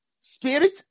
spirit